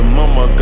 mama